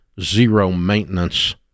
zero-maintenance